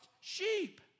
sheep